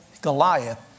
Goliath